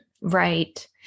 Right